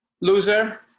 loser